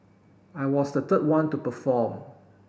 I was the third one to perform